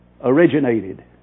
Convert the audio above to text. originated